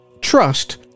Trust